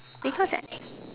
because I